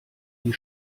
die